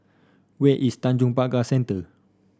where is Tanjong Pagar Centre